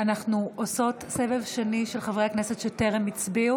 בעד אנחנו עושות סבב שני של חברי הכנסת שטרם הצביעו.